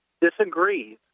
disagrees